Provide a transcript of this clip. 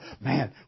man